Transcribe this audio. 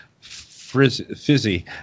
fizzy